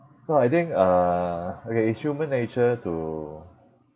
so I think uh okay it's human nature to